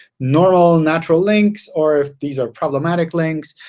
normal, natural links or if these are problematic links.